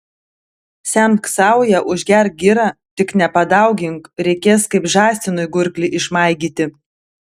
semk sauja užgerk gira tik nepadaugink reikės kaip žąsinui gurklį išmaigyti